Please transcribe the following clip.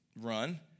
run